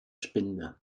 spinde